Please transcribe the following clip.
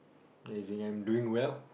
as in I'm doing well